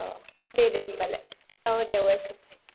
अ दे दे होबालाय औ दे वेलकाम